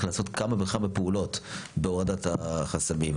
לעשות כמה וכמה פעולות בהורדת החסמים.